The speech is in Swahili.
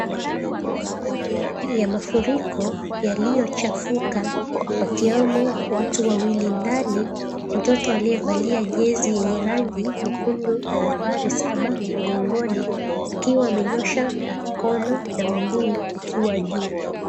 Hii ya mafuriko yaliyochafuka wakiomo watu wawili ndani. Mtoto aliyevalia jezi yenye rangi nyekundu na nambari saba mgongoni akiwa amenyosha mkono na mguu ukiwa juu.